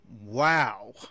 Wow